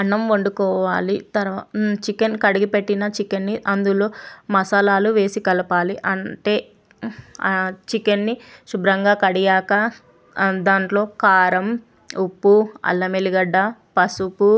అన్నం వండుకోవాలి తర్వా చికెన్ కడిగిపెట్టిన చికెన్ని అందులో మసాలాలు వేసి కలపాలి అంతే ఆ చికెన్ని శుభ్రంగా కడిగాక దాంట్లో కారం ఉప్పు అల్లం వెల్లిగడ్డ పసుపు